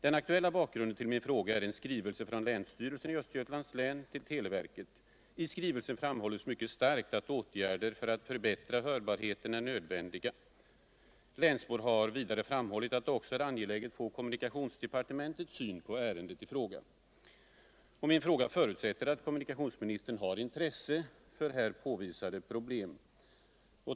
Den aktuella bakgrunden till min fråga är en skrivelse från länsstyrelsen i Östergötlands län till televerketr. I skrivelsen framhålls mycket starkt att åtgärder för att förbättra hörbarheten är nödvändiga. Länsbor har vidare framhållit att det också är angeläget att få kommunikationsdepartementets syn på ärendet. Min fråga förutsätter att kommunikationsministern har intresse för här påvisade problem.